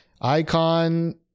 icon